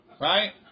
Right